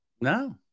no